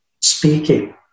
speaking